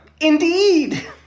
Indeed